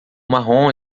marrom